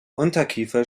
unterkiefer